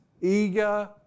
eager